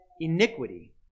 iniquity